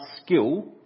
skill